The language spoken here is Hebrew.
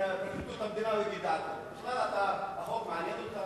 מפרקליטות המדינה, הוא הביע את דעתו.